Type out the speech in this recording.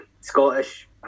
Scottish